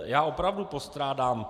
Já opravdu postrádám...